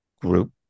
group